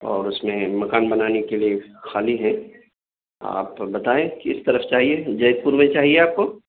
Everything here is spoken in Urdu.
اور اس میں مکان بنانے کے لیے خالی ہیں آپ بتائیں کس طرف چاہیے جیت پور میں چاہیے آپ کو